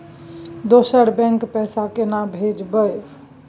दोसर बैंक पैसा केना भेजबै?